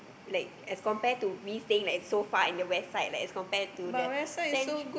like as compared to me staying like so far at the west side like as compared to the central